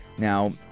Now